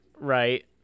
right